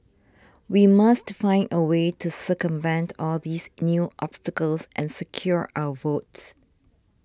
we must find a way to circumvent all these new obstacles and secure our votes